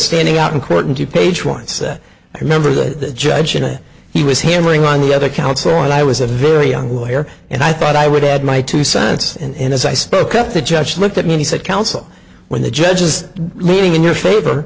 standing out in court and to page one said i remember the judge and i he was hammering on the other counsel and i was a very young lawyer and i thought i would add my two cents and as i spoke up the judge looked at me he said counsel when the judge is leaning in your favor